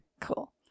cool